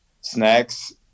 snacks